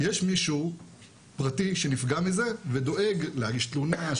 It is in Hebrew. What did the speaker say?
יש מישהו פרטי שנפגע מזה ודואג להגיש תלונה,